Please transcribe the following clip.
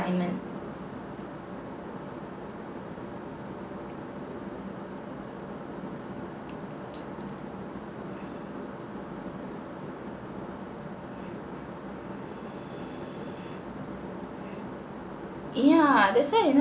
yeah that's why you know